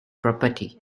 property